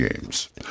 Games